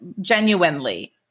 genuinely